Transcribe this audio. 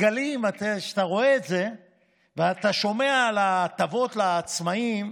כשאתה רואה את זה ואתה שומע על ההטבות לעצמאים,